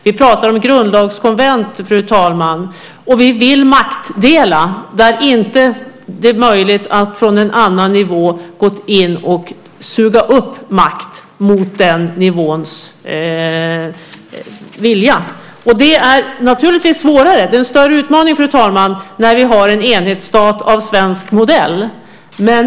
Vi pratar om grundlagskonvent, fru talman, och vi vill maktdela där det inte är möjligt att från en nivå gå in och suga upp makt mot en annan nivås vilja. Detta är naturligtvis svårare och en större utmaning, fru talman, när vi har en enhetsstat av svensk modell.